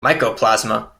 mycoplasma